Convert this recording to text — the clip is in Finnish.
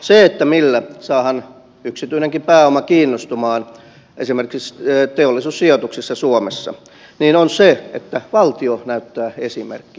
se millä saadaan yksityinenkin pääoma kiinnostumaan esimerkiksi teollisuussijoituksista suomessa on se että valtio näyttää esimerkkiä